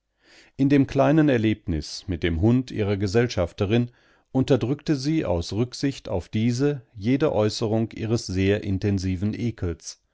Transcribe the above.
in dem kleinen erlebnis mit dem hund ihrer gesellschafterin unterdrückte sie aus rücksicht auf diese jede äußerung ihres sehr intensiven ekels